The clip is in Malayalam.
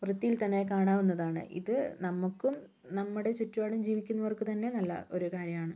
വൃത്തിയിൽ തന്നെ കാണാവുന്നതാണ് ഇത് നമുക്കും നമ്മുടെ ചുറ്റുപാടും ജീവിക്കുന്നവർക് തന്നെ നല്ല ഒരു കാര്യമാണ്